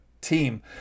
team